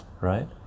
right